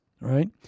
right